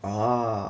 orh